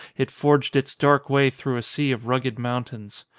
it forged its dark way through a sea of rugged mountains.